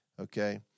okay